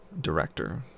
director